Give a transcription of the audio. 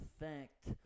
effect